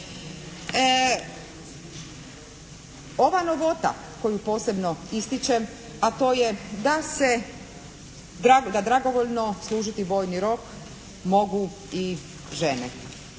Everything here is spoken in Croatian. Ova novota koju posebno ističem a to je da se, da dragovoljno služiti vojni rok mogu i žene.